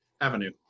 avenue